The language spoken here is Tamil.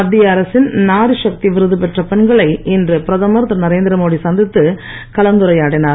மத்திய அரசின் நாரிசக்தி விருது பெற்ற பெண்களை இன்று பிரதமர் நரேந்திரமோடி சந்தித்து கலந்துரையாடினார்